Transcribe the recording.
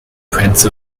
prince